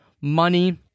money